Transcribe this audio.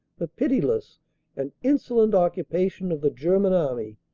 the pitiless and insolent occupation of the german army,